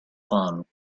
phone